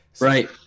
Right